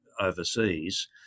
overseas